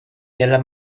nella